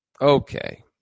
Okay